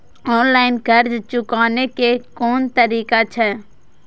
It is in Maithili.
ऑनलाईन कर्ज चुकाने के कोन तरीका छै?